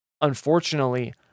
Unfortunately